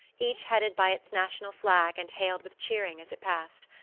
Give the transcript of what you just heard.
each headed by its national flag and hailed with cheering as it passed.